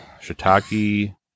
Shiitake